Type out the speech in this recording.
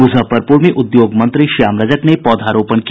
मुजफ्फरपुर में उद्योग मंत्री श्याम रजक ने पौधारोपण किया